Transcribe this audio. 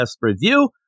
review